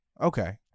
Okay